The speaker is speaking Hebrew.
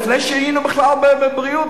לפני שהיינו בכלל בבריאות,